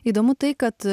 įdomu tai kad